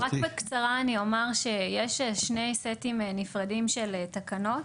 רק בקצרה אני אומר שיש שני סטים נפרדים של תקנות.